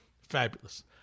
Fabulous